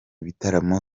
bitaramo